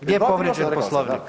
Gdje je povrijeđen Poslovnik?